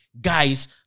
guys